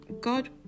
god